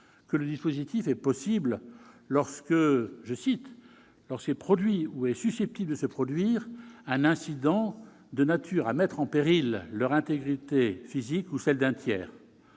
: le dispositif est possible lorsque se « produit ou est susceptible de se produire un incident de nature à mettre en péril leur intégrité physique ou celle d'un tiers »,